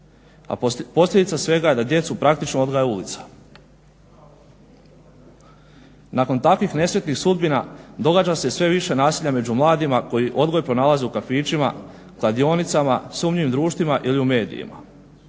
a posljedica svega je da djecu praktično odgaja ulica. Nakon takvih nesretnih sudbina događa se sve više nasilja među mladima koji odgoj pronalaze u kafićima, kladionicama, sumnjivim društvima ili u medijima.